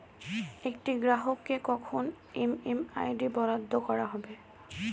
একটি গ্রাহককে কখন এম.এম.আই.ডি বরাদ্দ করা হবে?